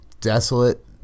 desolate